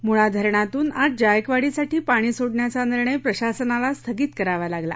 मुळा धरणातून आज जायकवाडीसाठी पाणी सोडण्याचा निर्णय प्रशासनाला स्थगित करावा लागला